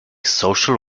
social